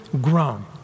grown